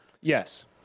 Yes